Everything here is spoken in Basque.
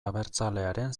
abertzalearen